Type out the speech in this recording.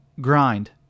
Grind